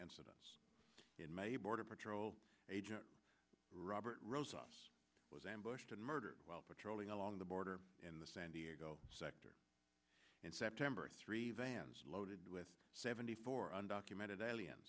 incidents in may border patrol agent robert rose was ambushed and murdered while patrolling along the border in the san diego sector in september three vans loaded with seventy four undocumented alien